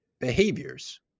behaviors